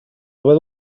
haver